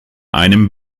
einem